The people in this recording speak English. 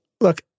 Look